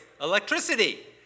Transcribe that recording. electricity